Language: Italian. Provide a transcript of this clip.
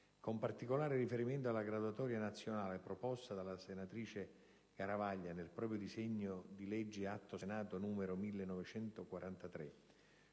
con particolare riferimento alla graduatoria nazionale proposta dalla senatrice Garavaglia nel proprio disegno di legge, Atto Senato n. 1943,